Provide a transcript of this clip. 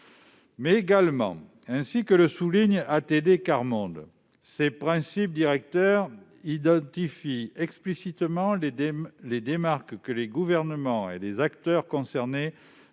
Par ailleurs, ainsi que le souligne ATD Quart Monde, ces principes directeurs identifient explicitement les démarches que les gouvernements et les acteurs concernés